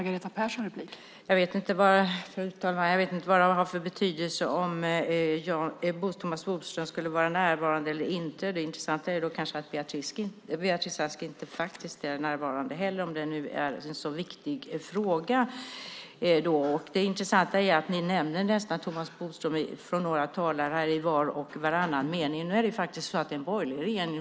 Fru talman! Jag vet inte vad det har för betydelse om Thomas Bodström skulle vara närvarande eller inte. Det intressanta är kanske att Beatrice Ask inte heller är närvarande, om det nu är en så viktig fråga. Några talare nämner Thomas Bodström i var och varannan mening. Det är faktiskt en borgerlig regering.